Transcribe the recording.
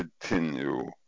continue